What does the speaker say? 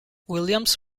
williams